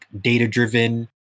data-driven